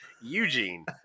Eugene